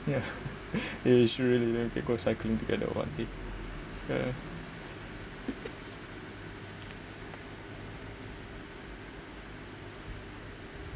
yeah we should really like get go cycling together one day yeah